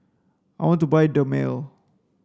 I want to buy Dermale